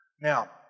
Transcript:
Now